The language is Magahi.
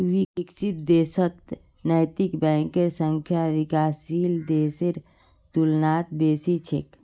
विकसित देशत नैतिक बैंकेर संख्या विकासशील देशेर तुलनात बेसी छेक